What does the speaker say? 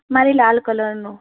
મારે લાલ કલરનો